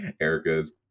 Erica's